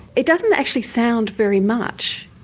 it doesn't actually sound very much.